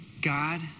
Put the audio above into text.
God